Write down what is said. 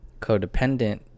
codependent